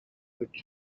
rich